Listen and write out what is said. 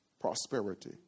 prosperity